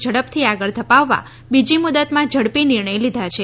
ઝડપથી આગળ ધપાવવા બીજી મુદતમાં ઝડપી નિર્ણય લીધા છે